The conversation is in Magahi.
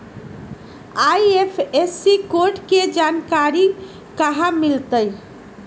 आई.एफ.एस.सी कोड के जानकारी कहा मिलतई